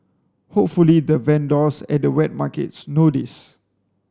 hopefully the vendors at the wet markets know this